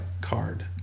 card